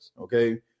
okay